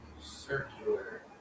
Circular